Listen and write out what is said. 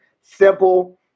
simple